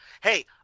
hey